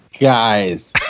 guys